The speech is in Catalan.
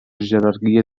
jerarquia